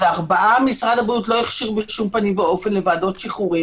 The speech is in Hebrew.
אז ארבעה משרד הבריאות לא הכשיר בשום פנים ואופן לוועדות שחרורים,